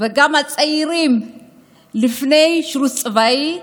וגם הצעירים לפני שירות צבאי,